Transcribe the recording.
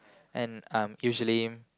and um usually